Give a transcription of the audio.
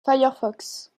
firefox